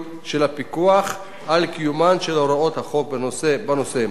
של הפיקוח על קיומן של הוראות החוק בנושא.